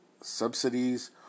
subsidies